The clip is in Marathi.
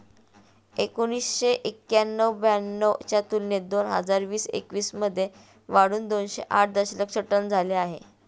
एकोणीसशे एक्क्याण्णव ब्याण्णव च्या तुलनेत दोन हजार वीस एकवीस मध्ये वाढून दोनशे आठ दशलक्ष टन झाले आहे